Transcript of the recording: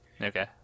Okay